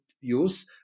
use